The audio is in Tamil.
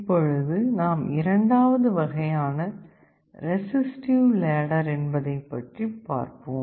இப்பொழுது நாம் இரண்டாவது வகையான ரெஸிஸ்ட்டிவ் லேடர் என்பதைப் பற்றி பார்ப்போம்